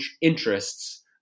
interests